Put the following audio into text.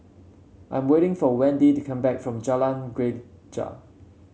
I'm waiting for Wendi to come back from Jalan Greja